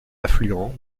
affluent